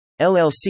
LLC